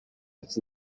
its